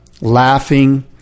laughing